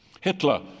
Hitler